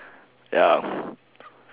ya